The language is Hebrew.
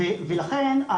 ולכן,